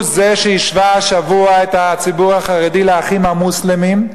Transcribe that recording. הוא השווה השבוע את הציבור החרדי ל"אחים המוסלמים"